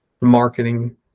marketing